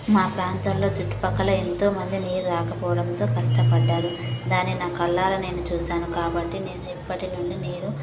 మా ప్రాంతాల్లో చుట్టుపక్కల ఎంతో మంది నీళ్ళు రాకపోవడంతో చాలా కష్టపడ్డారు దానిని నా కళ్ళారా నేను చూశాను కాబట్టి నేను ఇప్పటి నుండి నీరు